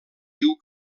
diu